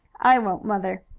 i won't, mother.